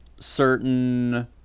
certain